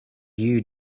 you